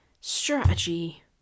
strategy